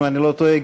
אם אני לא טועה,